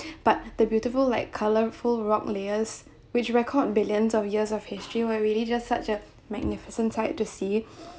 but the beautiful like colorful rock layers which record billions of years of history were really just such a magnificent sight to see